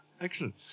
excellent